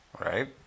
right